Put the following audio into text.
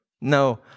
No